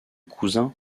cousins